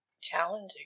challenging